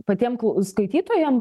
patiem skaitytojam